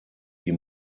die